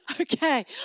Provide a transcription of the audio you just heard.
Okay